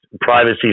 privacy